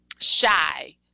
shy